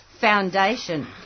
Foundation